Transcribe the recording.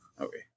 Okay